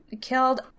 killed